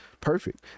perfect